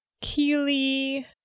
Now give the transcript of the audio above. Keely